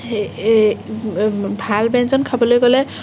সেই এই ভাল ব্যঞ্জন খাবলৈ গ'লে